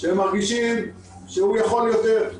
שהם מרגישים שהוא יכול יותר,